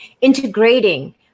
integrating